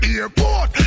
airport